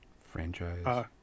franchise